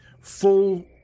Full